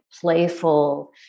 playful